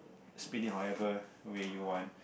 spin it however way you want